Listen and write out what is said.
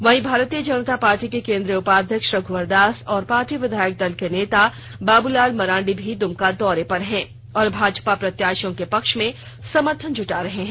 वहीं भारतीय जनता पार्टी के केन्द्रीय उपाध्यक्ष रघ्वर दास और पार्टी विधायक दल के नेता बाबूलाल मरांडी भी दमका दौरे पर हैं और भाजपा प्रत्याशियों के पक्ष में समर्थन जुटा रहें हैं